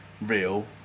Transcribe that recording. real